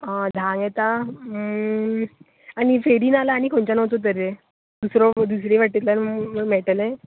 आं धांंक येता आनी फेरी ना जाल्यार आनी खंयच्यान वचूं तर रे दुसरे वाटो दुसऱ्या वाटेच्यान मेळटलें